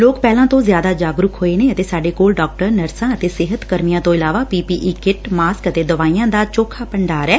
ਲੋਕ ਪਹਿਲਾ ਤੋ ਜ਼ਿਆਦਾ ਜਾਗਰੁਕ ਹੋਏ ਨੇ ਅਤੇ ਸਾਡੇ ਕੋਲ ਡਾਕਟਰ ਨਰਸਾਂ ਅਤੇ ਸਿਹਤ ਕਰਮੀਆਂ ਤੋਂ ਇਲਾਵਾ ਪੀ ਪੀ ਈ ਕਿੱਟਾਂ ਮਾਸਕ ਅਤੇ ਦਵਾਈਆ ਦਾ ਚੌਖਾ ਭੰਡਾਰ ਐ